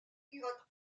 pilotes